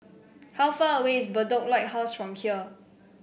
how far away is Bedok Lighthouse from here